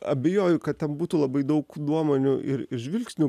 abejoju kad ten būtų labai daug nuomonių ir ir žvilgsnių